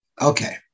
Okay